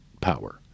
power